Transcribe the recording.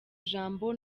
ijambo